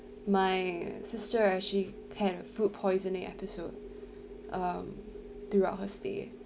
my sister actually had a food poisoning episode um throughout her stay